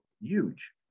huge